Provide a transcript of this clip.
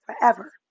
forever